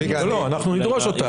אנחנו נדרוש אותו.